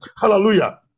hallelujah